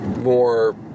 More